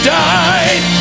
died